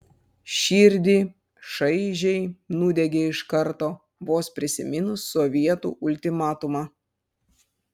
širdį šaižiai nudiegė iš karto vos prisiminus sovietų ultimatumą